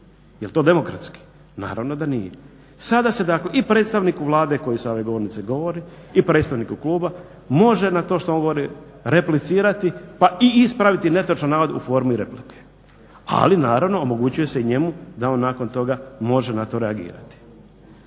Jel to demokratski? Naravno da nije. Sada se dakle i predstavniku Vlade koji sa ove govornice govore i predstavniku kluba može na to što on govori replicirati, pa i ispraviti netočna navod u formi replike. Ali naravno omogućuje se i njemu da on nakon toga može na to reagirati,